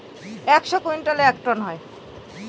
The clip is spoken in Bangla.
কত কুইন্টালে এক টন হয়?